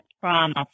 trauma